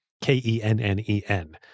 K-E-N-N-E-N